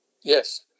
Yes